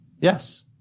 Yes